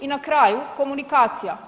I na kraju komunikacija.